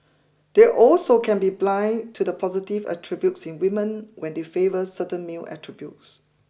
they also can be blind to the positive attributes in women when they favour certain male attributes